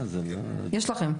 יש לכם.